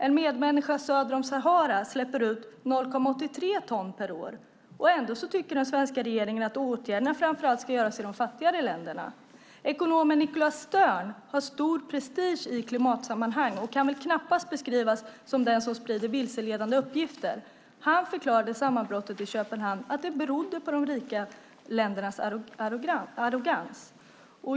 En medmänniska söder om Sahara släpper ut 0,83 ton per år. Ändå tycker den svenska regeringen att åtgärderna framför allt ska vidtas i de fattigare länderna. Ekonomen Nicholas Stern har stor prestige i klimatsammanhang och kan knappast beskrivas som den som sprider vilseledande uppgifter. Han förklarade sammanbrottet i Köpenhamn som att det berodde på de rika ländernas arrogans.